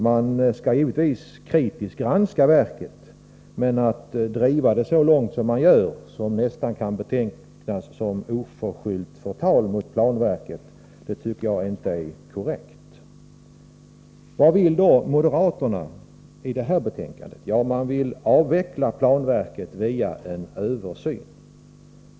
Man skall givetvis kritiskt granska verket, men att driva kritiken så långt som moderaterna gör — det kan nästan betecknas som oförskyllt förtal mot planverket — tycker jag inte är korrekt. Vad vill då moderaterna i det här betänkandet? Ja, de vill avveckla planverket via en översyn.